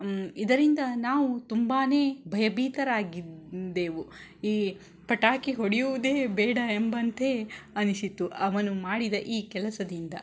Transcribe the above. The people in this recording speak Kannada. ಇದರಿಂದ ನಾವು ತುಂಬಾ ಭಯಭೀತರಾಗಿದ್ದೆವು ಈ ಪಟಾಕಿ ಹೊಡಿಯುವುದೇ ಬೇಡ ಎಂಬಂತೆ ಅನಿಸಿತು ಅವನು ಮಾಡಿದ ಈ ಕೆಲಸದಿಂದ